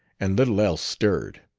and little else stirred.